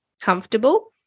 comfortable